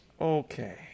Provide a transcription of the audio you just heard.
Okay